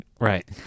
Right